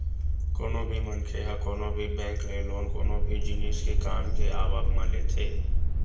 कोनो भी मनखे ह कोनो भी बेंक ले लोन कोनो भी जिनिस के काम के आवब म लेथे